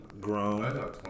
Grown